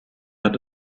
hat